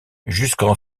jusqu’en